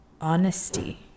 honesty